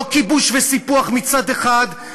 לא כיבוש וסיפוח מצד אחד,